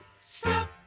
stop